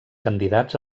candidats